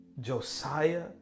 Josiah